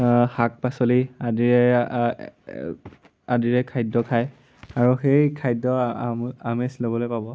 শাক পাচলি আদিৰ আদিৰ খাদ্য খায় আৰু সেই খাদ্য আমেজ ল'বলৈ পাব